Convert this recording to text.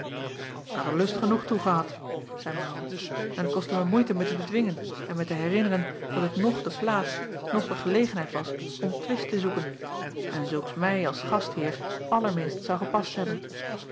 k had er lust genoeg toe gehad zeî aurits en het kostte mij moeite mij te bedwingen en mij te herinneren dat het noch de plaats noch de gelegenheid was om twist te zoeken en zulks mij als gastheer allerminst zou gepast hebben